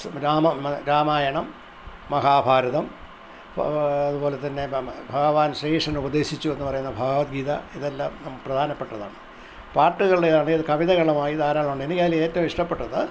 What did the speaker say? സു രാമ രാമായണം മഹാഭാരതം പാ അതുപോലെ തന്നെ ഭഗവാൻ ശ്രീകൃഷ്ണൻ ഉപദേശിച്ചു എന്ന് പറയുന്ന ഭഗവത്ഗീത ഇതെല്ലാം നമ് പ്രധാനപ്പെട്ടതാണ് പാട്ടുകളുടെ ഇടയിൽ കവിതകളുമായി ധാരാളം ഉണ്ട് എനിക്ക് അതിൽ ഏറ്റവും ഇഷ്ടപ്പെട്ടത്